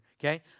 okay